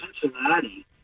Cincinnati